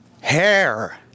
Hair